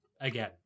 again